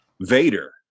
Vader